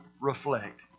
reflect